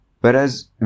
Whereas